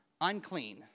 unclean